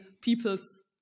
people's